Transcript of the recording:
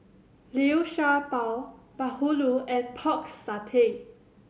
Liu Sha Bao Bahulu and Pork Satay